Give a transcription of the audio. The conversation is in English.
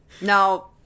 now